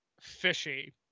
fishy